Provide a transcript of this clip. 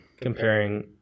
comparing